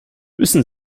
wissen